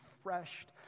refreshed